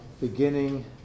beginning